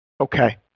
Okay